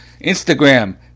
Instagram